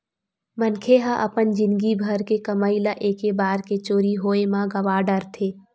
मनखे ह अपन जिनगी भर के कमई ल एके बार के चोरी होए म गवा डारथे